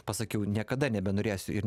pasakiau niekada nebenorėsiu ir